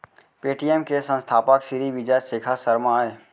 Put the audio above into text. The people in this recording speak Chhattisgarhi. पेटीएम के संस्थापक सिरी विजय शेखर शर्मा अय